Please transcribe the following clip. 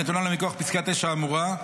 הנתונה לה מכוח פסקה (9) האמורה,